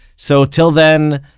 so till then,